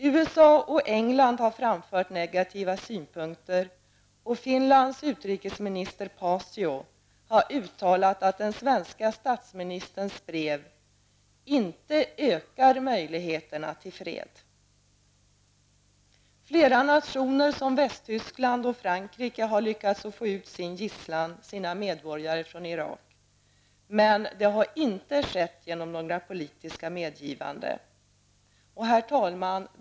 USA och England har framfört negativa synpunkter, och Finlands utrikesminister Paasio har uttalat att den svenske statsministerns brev ''inte ökar möjligheterna till fred''. Flera nationer, bl.a. Västtyskland och Frankrike, har lyckats få ut sina medborgare från Irak. Det har inte skett genom politiska medgivanden. Herr talman!